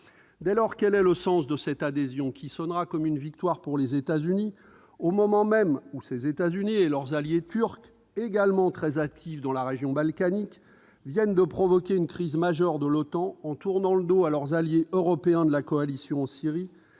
terme. Quel est donc le sens de cette adhésion, qui sonnera comme une victoire pour les États-Unis au moment même où ceux-ci et leurs alliés turcs, également très actifs dans la région balkanique, viennent de provoquer une crise majeure de l'OTAN en tournant le dos à leurs alliés européens de la coalition en Syrie